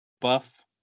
Buff